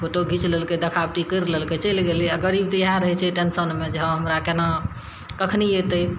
photo घीच लेलकय देखावटी करि लेलकय चलि गेलय आओर गरीब तऽ इएहे रहय छै टेंशनमे जे हाँ हमरा केना कखनी एतय